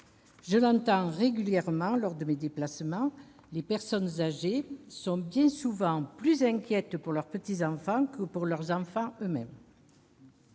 Je l'entends régulièrement, lors de mes déplacements : les personnes âgées sont bien souvent plus inquiètes pour leurs petits-enfants que pour leurs enfants et pour eux-mêmes.